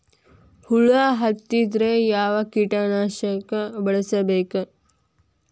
ಹುಳು ಹತ್ತಿದ್ರೆ ಯಾವ ಕೇಟನಾಶಕ ಬಳಸಬೇಕ?